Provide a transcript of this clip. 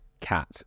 Cat